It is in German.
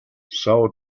são